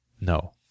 No